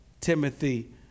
Timothy